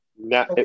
Now